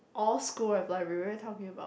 all school have library what are you talking about